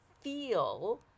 feel